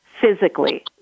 physically